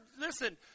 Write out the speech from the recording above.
Listen